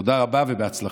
תודה רבה ובהצלחה.